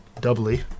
doubly